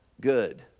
good